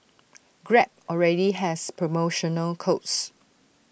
grab already has promotional codes